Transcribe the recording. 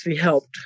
helped